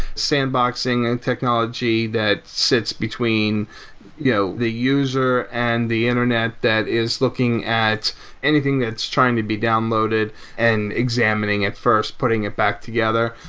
sandboxing a and technology that sits between you know the user and the internet that is looking at anything that's trying to be downloaded and examining it first, putting it back together.